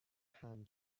حمل